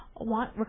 want